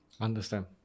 understand